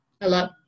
Hello